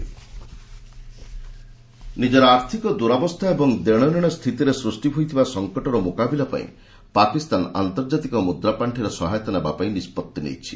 Pak IMF ନିଜର ଆର୍ଥିକ ଦୁରବସ୍ଥା ଏବଂ ଦେଶନେଣ ସ୍ଥିତିରେ ସୃଷ୍ଟି ହୋଇଥିବା ସଂକଟର ମୁକାବିଲା ପାଇଁ ପାକିସ୍ତାନ ଆନ୍ତର୍ଜାତିକ ମୁଦ୍ରାପାଣ୍ଠିର ସହାୟତା ନେବା ପାଇଁ ନିଷ୍ପଭି ନେଇଛି